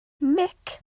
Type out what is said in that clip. mhic